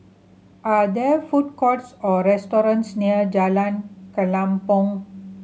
are there food courts or restaurants near Jalan Kelempong